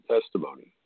testimony